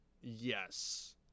Yes